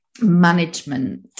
management